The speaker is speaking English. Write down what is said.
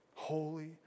Holy